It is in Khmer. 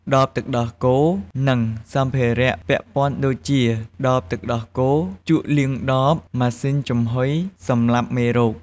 ដបទឹកដោះគោ និងសម្ភារៈពាក់ព័ន្ធដូចជា ដបទឹកដោះគោ ជក់លាងដប ម៉ាស៊ីនចំហុយសម្លាប់មេរោគ។